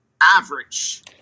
average